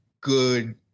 good